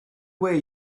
way